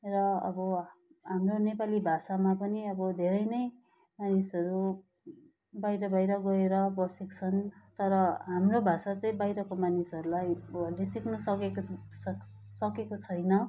र अब हाम्रो नेपाली भाषामा पनि अब धेरै नै मानिसहरू बाहिर बाहिर गएर बसेको छन् तर हाम्रो भाषा चाहिँ बाहिरको मानिसहरूलाई ले सिक्न सकेको सकेको छैन